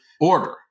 order